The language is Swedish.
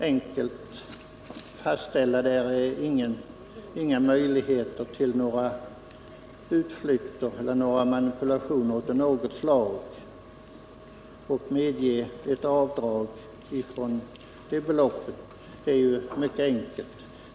Det finns inga möjligheter till manipulationer av något slag. Att medge avdrag från det beloppet är mycket enkelt.